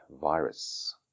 virus